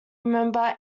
remember